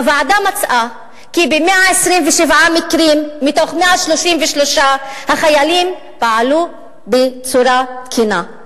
הוועדה מצאה כי ב-127 מקרים מתוך 133 החיילים פעלו בצורה תקינה.